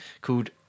called